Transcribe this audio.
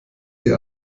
die